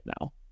now